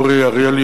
אורי אריאל,